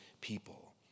people